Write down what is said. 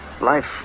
Life